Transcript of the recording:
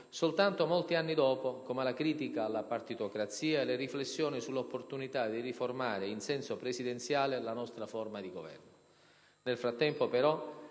soltanto molti anni dopo, come la critica alla partitocrazia e le riflessioni sull'opportunità di riformare in senso presidenziale la nostra forma di Governo. Nel frattempo, però,